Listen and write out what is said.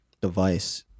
device